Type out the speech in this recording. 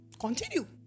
Continue